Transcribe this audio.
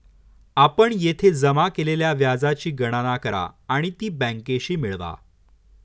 आपण येथे जमा केलेल्या व्याजाची गणना करा आणि ती बँकेशी मिळवा